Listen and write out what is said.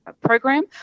program